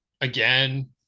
again